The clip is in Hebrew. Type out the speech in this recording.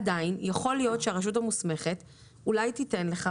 עדיין יכול להיות שהרשות המוסמכת אולי תיתן לך,